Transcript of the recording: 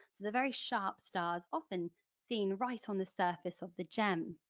the very sharp stars often seen right on the surface of the gem.